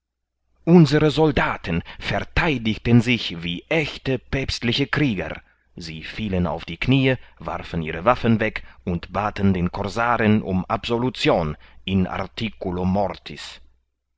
unsere soldaten vertheidigen sich wie echte päpstliche krieger sie fielen auf die kniee warfen ihre waffen weg und baten den korsaren um absolution in articulo mortis